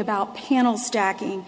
about panel stacking